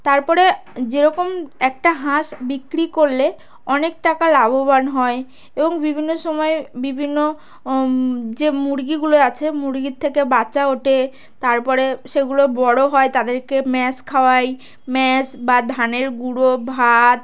তার পরে যেরকম একটা হাঁস বিক্রি করলে অনেক টাকা লাভবান হয় এবং বিভিন্ন সময়ে বিভিন্ন যে মুরগিগুলো আছে মুরগির থেকে বাচ্চা ওঠে তার পরে সেগুলো বড় হয় তাদেরকে ম্যাশ খাওয়াই ম্যাশ বা ধানের গুঁড়ো ভাত